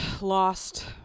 lost